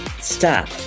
stop